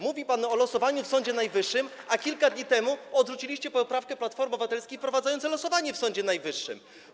Mówi pan o losowaniu w Sądzie Najwyższym, a kilka dni temu odrzuciliście poprawkę Platformy Obywatelskiej wprowadzającą losowanie w Sądzie Najwyższym.